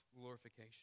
glorification